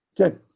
Okay